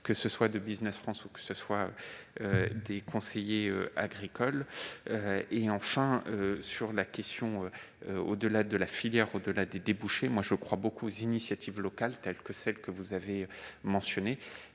que ce soit de Business France ou des conseillers agricoles. Enfin, au-delà de la filière et de ses débouchés, je crois beaucoup aux initiatives locales, telles que celles que vous avez mentionnées.